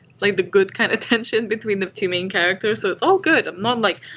like the good kind of tension between the two main characters. so it's all good. i'm not, like,